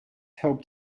helped